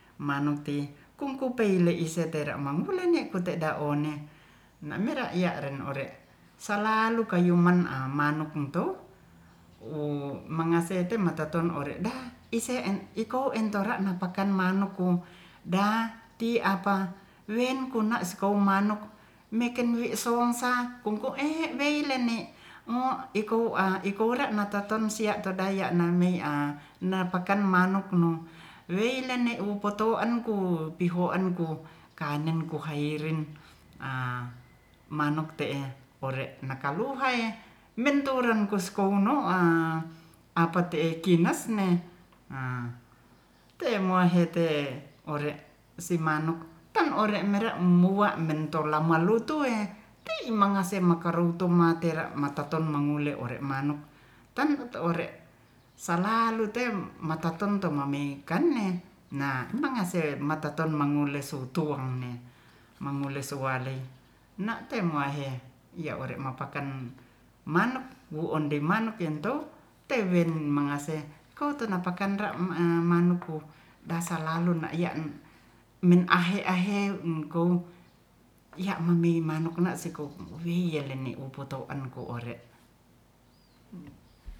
Manuk ti kungkupeile ise tera mangulene kote da'one namire ya'ren ore salalu kayuman amanuk ntou o mangasete mataten ore'da ise'en iko'en tora'na pakan manu'ku da'ti apa wenkunauk sekow manuk mekenwi sowangsa kungko'e weilene ikow a ikowre mataton sia todai ya'nan mei a napakan manuk nu weilene wu potouanku pihouan ku kanen kuhaerin ha manuk te'e ore nakuluhae menturon kuskouno'a apate'e kinasne a temohai hete ore' simanuk tan ore' mera'muamentolamalutu e ti mangase makaruru matera mataton mangule ore manuk tan ore salalu tem matentem mameikan kanne nah mangesemataton mangule sutu mangule suale na'te muahe iya ore mapa'kan manuk wu onde manuk yan tou tewen mangase kotenapakan ra'ma emanukku dasalalu na'iyan min ahe-ahe engkou iya'mami manukkna sikou ohielene opotoanku ore'